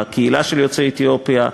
לקהילה של יוצאי אתיופיה,